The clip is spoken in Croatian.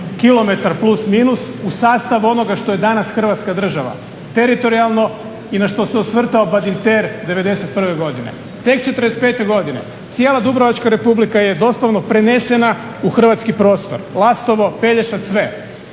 kilometar plus, minus u sastav onoga što je danas Hrvatska država teritorijalno i na što se osvrtao Badinter '91. godine. Tek '45. godine cijela Dubrovačka Republika je doslovno prenesena u hrvatski prostor Lastovo, Pelješac, sve.